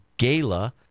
Gala